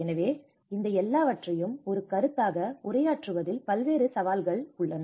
எனவே இந்த எல்லாவற்றையும் ஒரு கருத்தாக உரையாற்றுவதில் பல்வேறு சவால்கள் உள்ளன